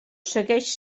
segueix